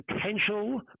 Potential